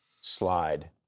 slide